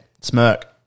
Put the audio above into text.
Smirk